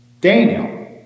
Daniel